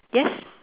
yes